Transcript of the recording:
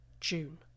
June